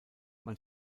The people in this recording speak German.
man